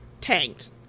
tanked